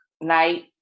night